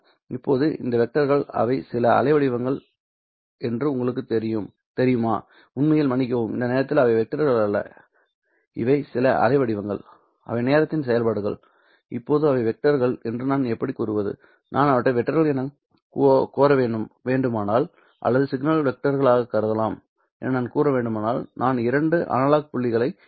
இப்போது இந்த வெக்டர்கள் அவை சில அலை வடிவங்கள் என்று உங்களுக்குத் தெரியுமா உண்மையில் மன்னிக்கவும் இந்த நேரத்தில் அவை வெக்டர்கள் அல்ல இவை சில அலை வடிவங்கள் அவை நேரத்தின் செயல்பாடுகள்இப்போது அவை வெக்டர்கள் என்று நான் எப்படிக் கூறுவது நான் அவற்றை வெக்டர்கள் எனக் கோர வேண்டுமானால் அல்லது சிக்னல்களை வெக்டர்களாகக் கருதலாம் என்று நான் கூற வேண்டுமானால் நான் இரண்டு அனலாக் புள்ளிகளைக் கண்டுபிடிக்க வேண்டும்